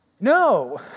No